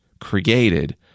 created